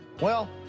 well,